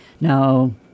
No